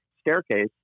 staircase